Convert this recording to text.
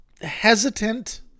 hesitant